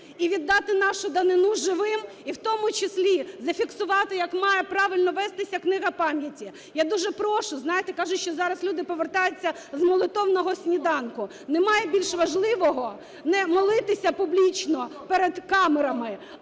і віддати нашу данину живим? І в тому числі зафіксувати, як має правильно вестися Книга пам'яті. Я дуже прошу, знаєте, кажуть, що зараз люди повертаються з Молитовного сніданку, немає більш важливого, не молитися публічно перед камерами,